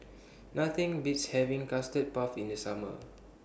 Nothing Beats having Custard Puff in The Summer